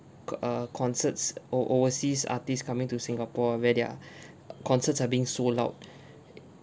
c~ err concerts o~ overseas artist coming to singapore where their uh concerts are being sold out